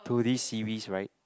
to this series right